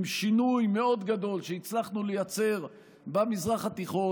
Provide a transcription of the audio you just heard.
עם שינוי מאוד גדול שהצלחנו לייצר במזרח התיכון,